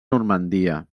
normandia